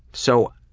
so